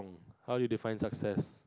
how do you define success